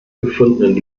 gefundenen